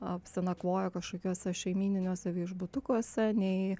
apsinakvoja kažkokiuose šeimyniniuose viešbutukuose nei